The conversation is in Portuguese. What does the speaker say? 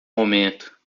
momento